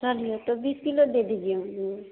चलिए तो बीस किलो दे दीजिए मुझे